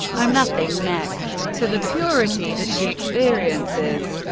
i'm nothing next to the purity that she experiences.